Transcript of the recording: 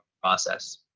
process